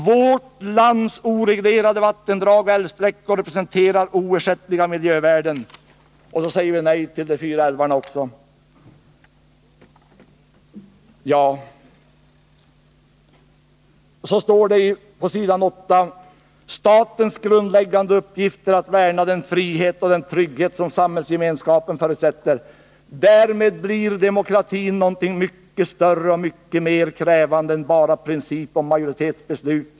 Vårt lands oreglerade vattendrag och älvsträckor representerar oersättliga miljövärden.” Och så säger vi nej till utbyggnad av de fyra älvarna. Och på s. 8 i programmet står det: ”Statens grundläggande uppgift är att värna den frihet och den trygghet som samhällsgemenskapen förutsätter. -— Därmed blir demokratin också någonting mycket större och mycket mer krävande än bara en princip om majoritetsbeslut.